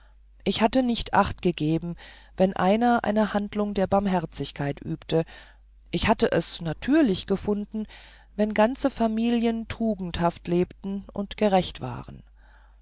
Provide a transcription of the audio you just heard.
ich hatte nicht achtgegeben wenn einer eine handlung der barmherzigkeit übte ich hatte es natürlich gefunden wenn ganze familien tugendhaft lebten und gerecht waren